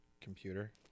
computer